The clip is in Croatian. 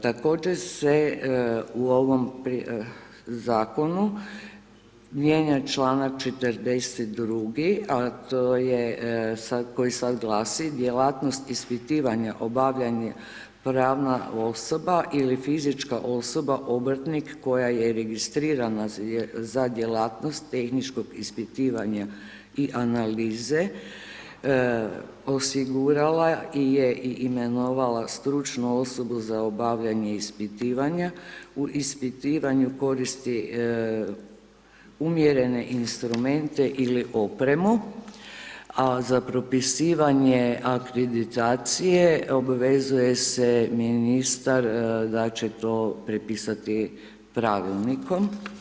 Također se u ovom zakonu mijenja članak 42. a to je koji sad glasi djelatnost ispitivanja obavlja pravna osoba ili fizička osoba obrtnik koja je registrirana za djelatnosti tehničkog ispitivanja i analize, osigurala je i imenovala stručnu osobu za obavljanje ispitivanja, u ispitivanju koristi umjerene instrumente ili opremu a za propisivanje akreditacije obvezuje se ministar da će to prepisati pravilnikom.